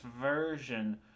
version